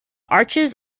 arches